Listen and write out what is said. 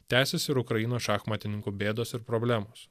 tęsiasi ir ukrainos šachmatininkų bėdos ir problemos